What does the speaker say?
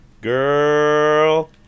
Girl